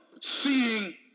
seeing